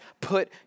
put